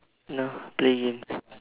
no play games